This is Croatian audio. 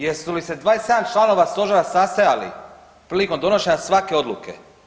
Jesu li se 27 članova stožera sastajali prilikom donošenja svake odluke?